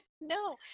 No